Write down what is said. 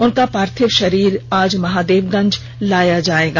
उनका पार्थिव शरीर आज महादेवगंज लाया जायेगा